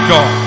God